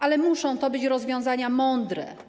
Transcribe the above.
Ale muszą to być rozwiązania mądre.